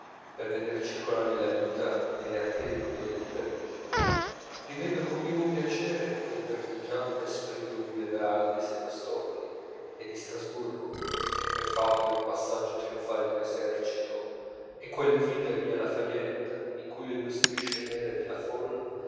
per veder circolare la vita nelle arterie minori di parigi rivedo con vivo piacere quel verdeggiante e splendido boulevard di sebastopoli e di strasburgo che par fatto per il passaggio trionfale d'un esercito e quella infinita via lafayette in cui le due striscie nere della folla